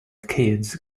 kids